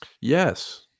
Yes